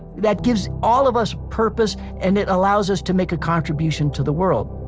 that gives all of us purpose and it allows us to make a contribution to the world